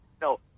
no